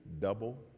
double